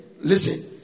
Listen